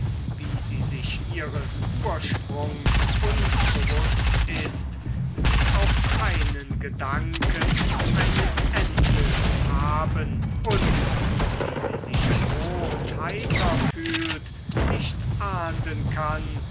wie sie sich ihres ursprungs unbewußt ist sie auch keinen gedanken eines endes haben und wie sie sich froh und heiter fühlt nicht ahnden kann